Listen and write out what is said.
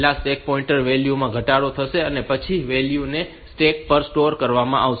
પહેલા stack pointer value માં ઘટાડો થશે અને પછી વેલ્યુ ને સ્ટેક પર સ્ટોર કરવામાં આવશે